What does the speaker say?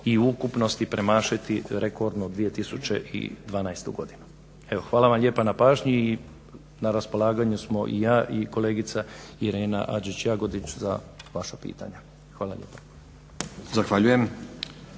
u ukupnosti premašiti rekordnu 2012. godinu. Evo, hvala vam lijepa na pažnji i na raspolaganju smo i ja i kolegica Irena Adžić Jagodić za vaša pitanja. Hvala lijepa.